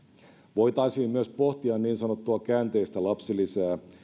voitaisiin myös pohtia niin sanottua käänteistä lapsilisää